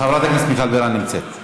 אה, חברת הכנסת מיכל בירן נמצאת.